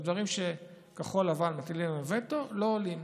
ודברים שכחול לבן מטילים עליהם וטו לא עולים.